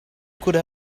could